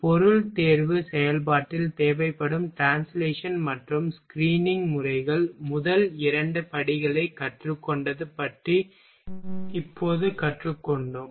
பொருள் தேர்வு செயல்பாட்டில் தேவைப்படும் ட்ரான்ஸ்லேஷன் மற்றும் ஸ்க்ரீனிங் முறைகள் முதல் இரண்டு படிகளைக் கற்றுக்கொண்டது பற்றி இப்போது வரை கற்றுக்கொண்டோம்